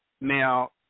Now